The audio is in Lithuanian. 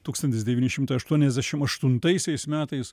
tūkstantis devyni šimtai aštuoniasdešim aštuntaisiais metais